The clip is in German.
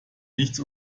nichts